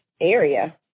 area